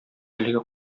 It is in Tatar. әлеге